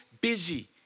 busy